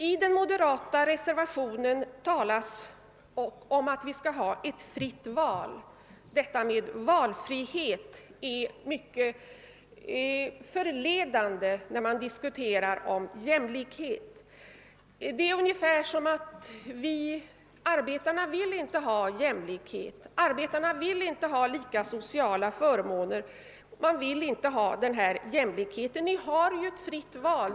I de moderatas reservation talas om att vi skall ha ett fritt val. Detta med valfrihet är mycket förledande när man diskuterar om jämlikhet. Det är ungefär som att påstå att arbetarna inte vill ha jämlikhet, inte vill ha lika sociala förmåner. Man säger: Ni har ju ett fritt val!